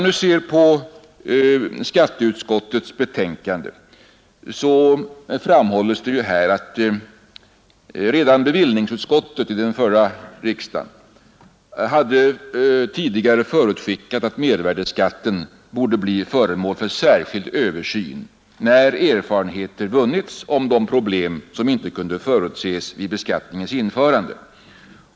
I skatteutskottets betänkande framhålles att redan bevillningsutskottet i den förra riksdagen förutskickade att mervärdeskatten borde bli föremål för särskild översyn när erfarenhet vunnits om problem som inte kunde förutses vid beskattningens införande.